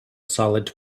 solid